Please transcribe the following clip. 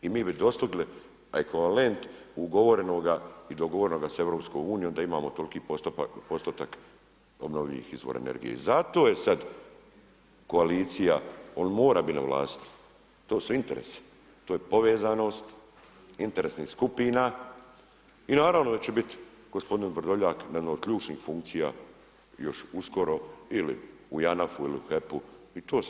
I mi bi dostigli ekvivalent ugovorenoga i dogovorenoga sa EU-om, da imamo toliko postotak obnovljivih izvora energije i zato je sad koalicija, on mora biti na vlasti, to su interesi, to je povezanost interesnih skupina i naravno da će biti gospodin Vrdoljak na jednoj od ključnih funkcija još uskoro ili u JANAF-u ili HEP-u, i to se zna.